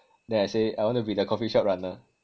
then I say I want to be the coffee shop runner